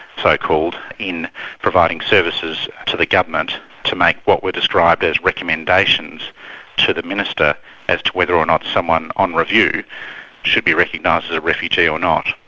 so-called, in providing services to the government to make what were described as recommendations to the minister as to whether or not someone on review should be recognised as a refugee or not.